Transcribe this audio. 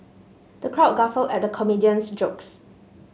the crowd guffawed at the comedian's jokes